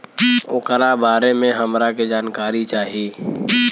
ओकरा बारे मे हमरा के जानकारी चाही?